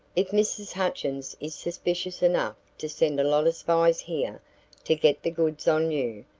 if mrs. hutchins is suspicious enough to send a lot of spies here to get the goods on you,